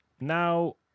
Now